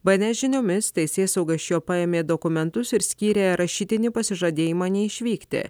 b en es žiniomis teisėsauga iš jo paėmė dokumentus ir skyrė rašytinį pasižadėjimą neišvykti